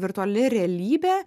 virtuali realybė